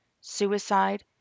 suicide